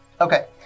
Okay